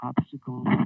obstacles